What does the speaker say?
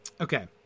Okay